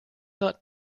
not